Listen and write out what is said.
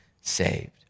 saved